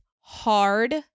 hard